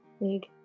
league